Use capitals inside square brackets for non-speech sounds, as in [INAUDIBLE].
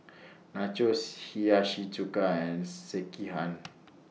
Nachos Hiyashi Chuka and Sekihan [NOISE]